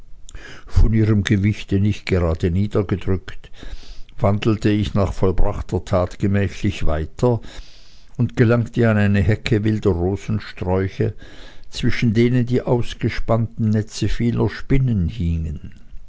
von ihrem gewichte nicht gerade niedergedrückt wandelte ich nach vollbrachter tat gemächlich weiter und gelangte an eine hecke wilder rosensträuche zwischen denen die ausgespannten netze vieler spinnen hingen